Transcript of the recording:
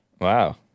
Wow